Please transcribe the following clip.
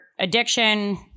Addiction